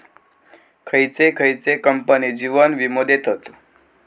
खयचे खयचे कंपने जीवन वीमो देतत